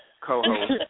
Co-host